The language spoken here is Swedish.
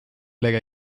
lägga